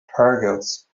targets